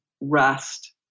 rest